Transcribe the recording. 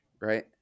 right